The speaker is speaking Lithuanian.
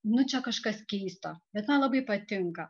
nu čia kažkas keisto bet man labai patinka